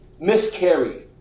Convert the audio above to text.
miscarry